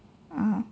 (uh huh)